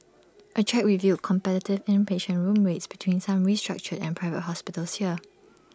A check revealed competitive inpatient room rates between some restructured and Private Hospitals here